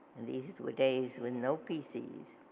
and these were days with no pcs.